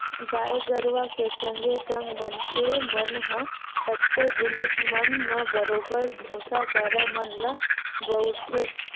गाय गरुवा के संगे संग मनखे मन ह कतको जिनिस मन म बरोबर भुसा, पैरा मन ल बउरथे